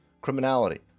criminality